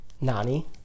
Nani